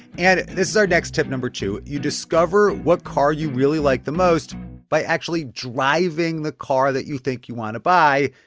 and this is our next tip number two you discover what car you really like the most by actually driving the car that you think you want to buy.